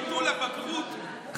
אם ביטול הבגרות כל כך מועיל,